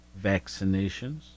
vaccinations